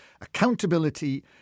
Accountability